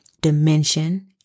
dimension